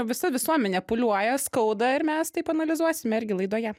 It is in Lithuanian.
visa visuomenė pūliuoja skauda ir mes taip analizuosime irgi laidoje